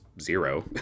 zero